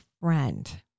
friend